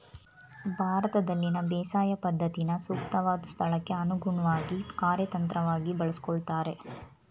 ಭಾರತದಲ್ಲಿನ ಬೇಸಾಯ ಪದ್ಧತಿನ ಸೂಕ್ತವಾದ್ ಸ್ಥಳಕ್ಕೆ ಅನುಗುಣ್ವಾಗಿ ಕಾರ್ಯತಂತ್ರವಾಗಿ ಬಳಸ್ಕೊಳ್ತಾರೆ